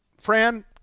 Fran